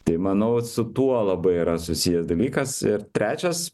tai manau su tuo labai yra susijęs dalykas ir trečias